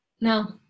No